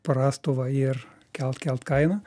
prastovą ir kelt kelt kainą